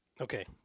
Okay